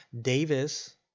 Davis